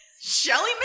Shelly